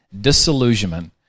disillusionment